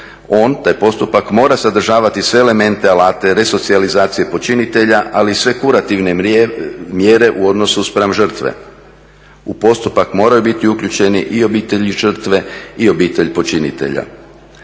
on, taj postupak mora sadržavati sve elemente, alate resocijalizacije počinitelja, ali sve kurativne mjere u odnosu spram žrtve. U postupak moraju biti uključeni i obitelj žrtve i obitelj počinitelja.